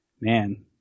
Man